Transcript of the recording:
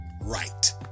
right